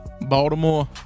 Baltimore